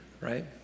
right